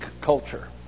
culture